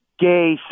gay